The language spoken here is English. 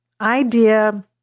idea